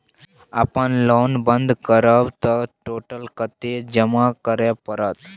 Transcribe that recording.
अपन लोन बंद करब त टोटल कत्ते जमा करे परत?